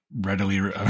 readily